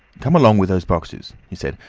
come along with those boxes, he said.